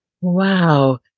Wow